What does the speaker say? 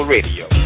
Radio